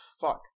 Fuck